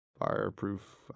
fireproof